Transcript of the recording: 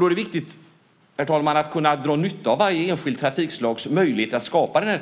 Då är det viktigt att kunna dra nytta av varje enskilt trafikslags möjligheter att skapa denna